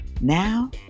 Now